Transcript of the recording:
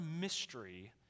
mystery